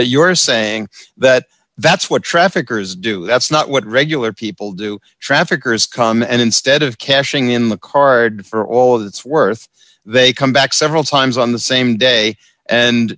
you're saying that that's what traffickers do that's not what regular people do traffickers come and instead of cashing in the card for all that's worth they come back several times on the same day and